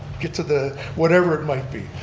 get to the whatever it might be.